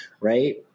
Right